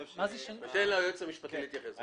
אתן ליועץ המשפטי לוועדה להתייחס.